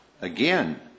again